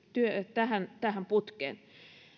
tähän tähän putkeen